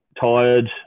tired